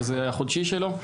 שזה החודשי שלו,